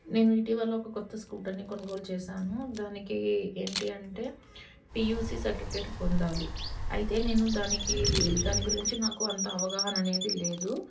నేను ఇటీవల్ల ఒక కొత్త స్కూటర్ని కొనుగోలు చేశాను దానికి ఏంటి అంటే పీయసి సర్టిఫికేట్ పొందాలి అయితే నేను దానికి దాని గురించి నాకు అంత అవగాహన అనేది లేదు